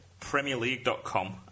premierleague.com